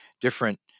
different